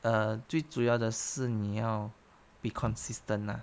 err 最主要的是你要 be consistent lah